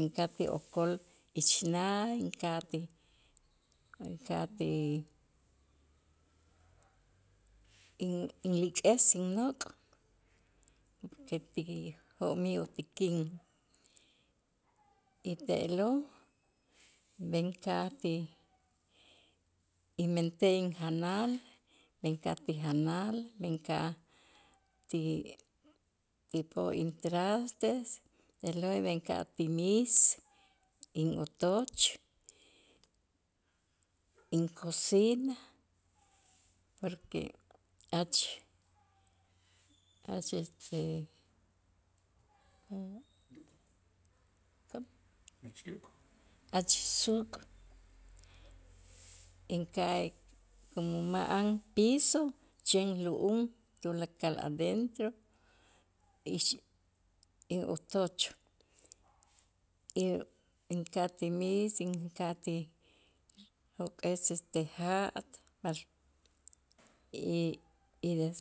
inka'aj ti okol ixnaay inka'aj ti inka'aj ti in- inlik'es innok' eti jo'mij utikin y te'lo' b'en ka'aj ti inmentej injanal men inka'aj ti janal men ka'aj ti p'o' intrastes te'lo' b'el inka'aj ti miis, in'otoch, incocina porque ach ach este como achsäk inka'aj como ma'an piso chen lu'um tulakal adentro y in'otoch y inka'aj ti miis, inka'aj ti jok'es este ja' y des